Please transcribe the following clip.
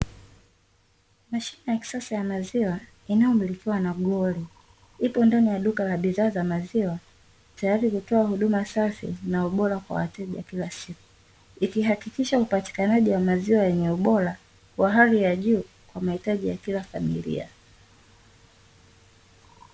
Mashine ya kisasa ya maziwa inayomilikiwa na Glory, ipo ndani ya duka la bidhaa za maziwa tayari kutoa huduma safi na ubora kwa wateja kila siku. Ikihakikisha upatikanaji wa maziwa yenye ubora wa hali ya juu kwa mahitaji ya kila familia.